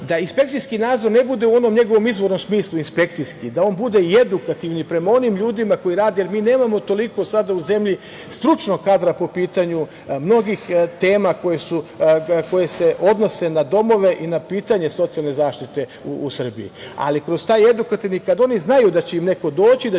da inspekcijski nadzor ne bude u onom njegovom izvornom smislu inspekcijski, da on bude i edukativni prema onim ljudima koji rade, jer mi nemamo toliko sada u zemlji stručnog kadra po pitanju mnogih tema koje se odnose na domove i na pitanje socijalne zaštite u Srbiji. Ali, kroz taj edukativni, kada oni znaju da će im neko doći,